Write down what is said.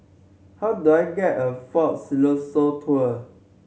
how do I get a Fort Siloso Tour